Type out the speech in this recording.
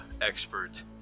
expert